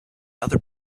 other